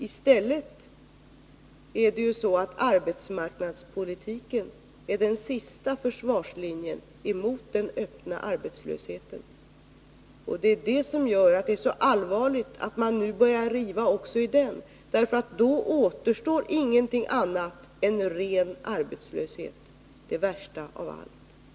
I stället är arbetsmarknadspolitiken den sista försvarslinjen mot den öppna arbetslösheten. Det är det som gör att det är så allvarligt att man nu börjat riva också i den, för då återstår inget annat än ren arbetslöshet — det värsta av allt. Herr talman!